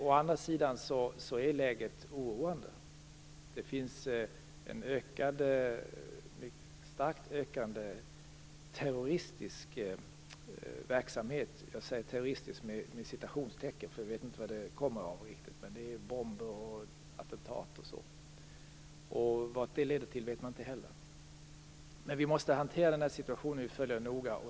Å andra sidan är läget oroande. Det finns en starkt ökande "terroristisk" verksamhet. Jag säger terroristisk med citationstecken därför att man inte riktigt vet vad det kommer sig av, men det är bomber och attentat. Vart det leder vet man inte heller. Vi måste hantera situationen, och vi följer den noga.